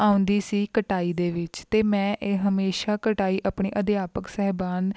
ਆਉਂਦੀ ਸੀ ਕਟਾਈ ਦੇ ਵਿੱਚ ਅਤੇ ਮੈਂ ਇਹ ਹਮੇਸ਼ਾ ਕਟਾਈ ਆਪਣੇ ਅਧਿਆਪਕ ਸਾਹਿਬਾਨ